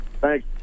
Thanks